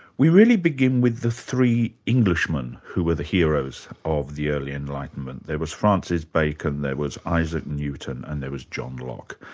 we really begin with the three englishmen, who were the heroes of the early enlightenment. there was francis bacon, there was isaac newton and there was john locke.